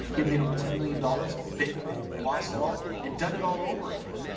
he had made over ten million dollars, bankrupt, lost it all. and done it all over again.